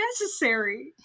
necessary